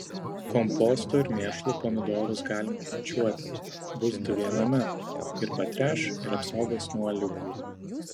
kompostu ir mėšlu pomidorus galima mulčiuoti bus du viename ir patręš ir apsaugos nuo ligų